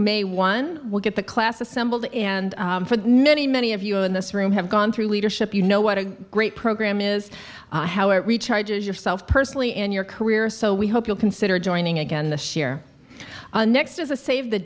may one will get the class assembled and for many many of you in this room have gone through leadership you know what a great program is how it recharge yourself personally in your career so we hope you'll consider joining again this year next as a save the